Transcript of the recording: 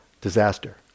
disaster